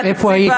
איפה היית,